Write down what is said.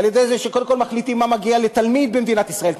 על-ידי זה שקודם כול מחליטים מה מגיע לתלמיד במדינת ישראל.